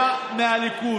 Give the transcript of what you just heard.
היה מהליכוד.